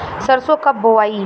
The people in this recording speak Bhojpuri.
सरसो कब बोआई?